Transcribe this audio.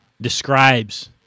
describes